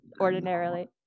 ordinarily